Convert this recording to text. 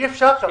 אי אפשר ככה.